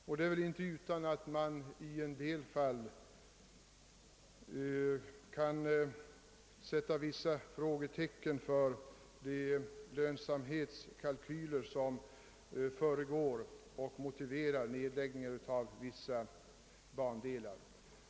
Det är väl heller inte utan att man ibland kan sätta vissa frågetecken för de lönsamhetskalkyler som föregår och motiverar nedläggningar av vissa bandelar.